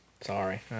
Sorry